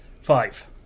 Five